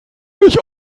nicht